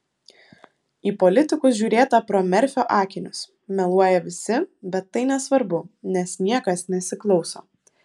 į politikus žiūrėta pro merfio akinius meluoja visi bet tai nesvarbu nes niekas nesiklauso